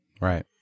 Right